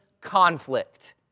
conflict